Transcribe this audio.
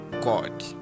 God